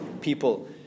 people